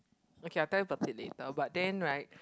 okay I will tell you about it later but then right